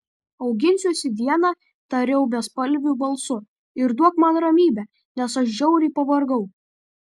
auginsiuosi viena tariau bespalviu balsu ir duok man ramybę nes aš žiauriai pavargau